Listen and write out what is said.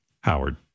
Howard